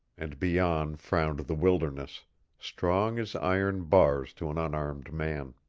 and beyond frowned the wilderness strong as iron bars to an unarmed man.